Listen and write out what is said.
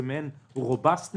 זה מעין חוסן